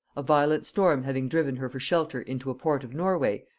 a violent storm having driven her for shelter into a port of norway,